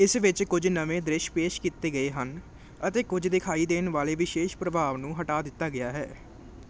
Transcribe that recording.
ਇਸ ਵਿੱਚ ਕੁਝ ਨਵੇਂ ਦ੍ਰਿਸ਼ ਪੇਸ਼ ਕੀਤੇ ਗਏ ਹਨ ਅਤੇ ਕੁਝ ਦਿਖਾਈ ਦੇਣ ਵਾਲੇ ਵਿਸ਼ੇਸ਼ ਪ੍ਰਭਾਵ ਨੂੰ ਹਟਾ ਦਿੱਤਾ ਗਿਆ ਹੈ